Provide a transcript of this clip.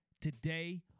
today